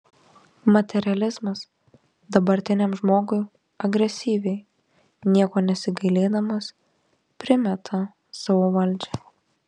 materializmas dabartiniam žmogui agresyviai nieko nesigailėdamas primeta savo valdžią